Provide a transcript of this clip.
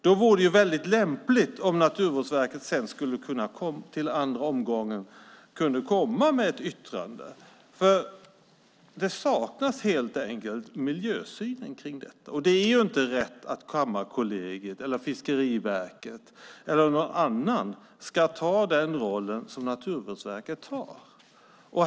Då vore det väldigt lämpligt om Naturvårdsverket till andra omgången kunde komma med ett yttrande. Det saknas helt enkelt en miljösyn på detta. Det är inte rätt att Kammarkollegiet, Fiskeriverket eller någon annan ska ta den roll som Naturvårdsverket har.